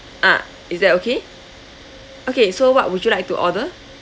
ah is that okay okay so what would you like to order